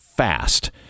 fast